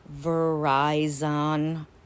Verizon